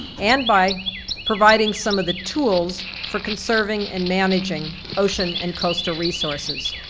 and by providing some of the tools for conserving and managing ocean and coastal resources.